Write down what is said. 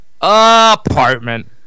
Apartment